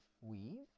Weave